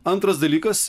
antras dalykas